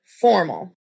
formal